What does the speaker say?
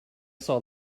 saw